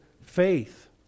faith